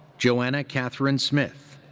joanna catherine smith.